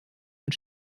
und